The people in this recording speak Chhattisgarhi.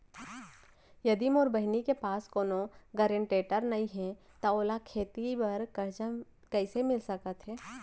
यदि मोर बहिनी के पास कोनो गरेंटेटर नई हे त ओला खेती बर कर्जा कईसे मिल सकत हे?